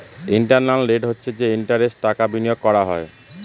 internal rate হচ্ছে যে ইন্টারেস্টে টাকা বিনিয়োগ করা হয়